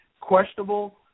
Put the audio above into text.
questionable